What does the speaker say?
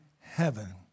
heaven